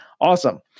awesome